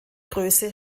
größe